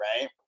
right